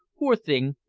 poor thing!